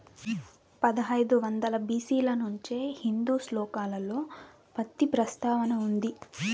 పదహైదు వందల బి.సి ల నుంచే హిందూ శ్లోకాలలో పత్తి ప్రస్తావన ఉంది